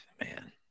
man